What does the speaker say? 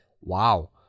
wow